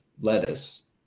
lettuce